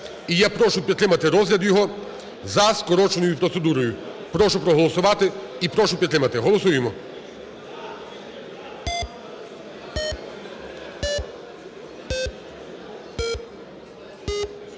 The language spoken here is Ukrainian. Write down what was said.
І я прошу підтримати розгляд його за скороченою процедурою. Прошу проголосувати і прошу підтримати. Голосуємо.